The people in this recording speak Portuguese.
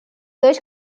dois